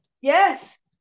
Yes